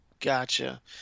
Gotcha